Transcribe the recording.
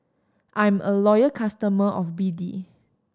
I'm a loyal customer of B D